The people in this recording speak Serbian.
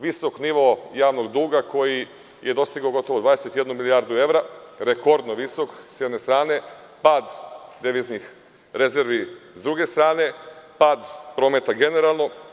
Visok nivo javnog duga koji je dostigao gotovo 21 milijardu evra, rekordno visok, sa jedne strane, pad deviznih rezervi sa druge strane, pad prometa generalno.